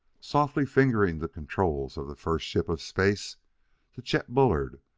softly fingering the controls of the first ship of space to chet bullard,